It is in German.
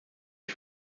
ich